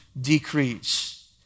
decrease